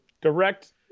direct